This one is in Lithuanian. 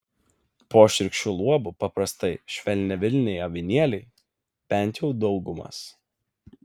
po šiurkščiu luobu paprastai švelniavilniai avinėliai bent jau daugumas